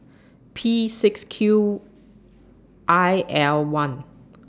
P six Q I L one